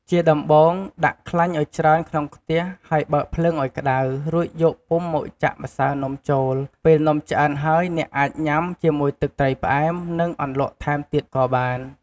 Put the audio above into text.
ជាដំបូង ដាក់ខ្លាញ់ឱ្យច្រើនក្នុងខ្ទះ ហើយបើកភ្លើងឱ្យក្តៅ រួចយកពុម្ពមកចាក់ម្សៅនំចូល ពេលនំឆ្អិនហើយអ្នកអាចញុំាជាមួយទឹកត្រីផ្អែម និង អន្លក់ថែមទៀតក៏បាន។